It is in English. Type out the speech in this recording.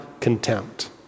contempt